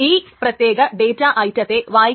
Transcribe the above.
ഇത് conflict serialisability ഉറപ്പു വരുത്തുന്നു